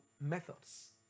methods